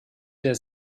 der